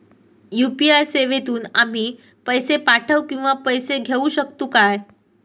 UPI सेवेतून आम्ही पैसे पाठव किंवा पैसे घेऊ शकतू काय?